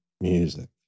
music